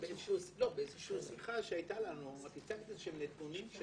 באיזו שיחה שהיתה לנו את הצגת נתונים.